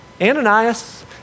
Ananias